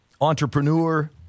entrepreneur